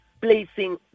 placing